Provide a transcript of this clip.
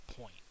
point